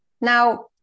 now